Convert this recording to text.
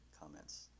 comments